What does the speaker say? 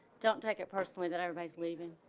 don't take it personally that everybody's leaving